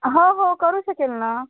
हो हो करू शकेल ना